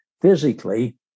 physically